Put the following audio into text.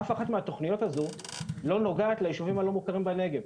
אף אחת מהתוכניות האלה לא נוגעת לישובים הלא מוכרים בנגב.